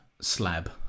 Slab